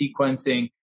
sequencing